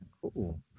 cool